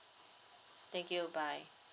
thank you bye